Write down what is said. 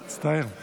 מצטער.